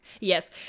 yes